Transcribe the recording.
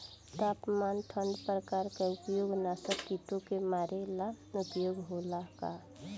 तापमान ठण्ड प्रकास का उपयोग नाशक कीटो के मारे ला उपयोग होला का?